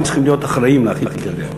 צריכים להיות אחראים להאכיל את ילדיהם.